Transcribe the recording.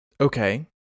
Okay